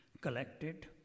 collected